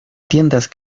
tiendas